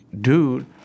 dude